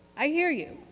i hear you.